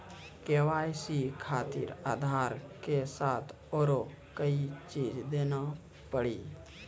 KYC खातिर आधार के साथ औरों कोई चीज देना पड़ी?